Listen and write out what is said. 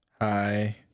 hi